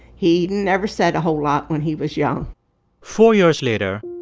he never said a whole lot when he was young four years later,